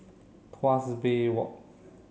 Tuas Bay Walk